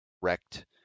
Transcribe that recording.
wrecked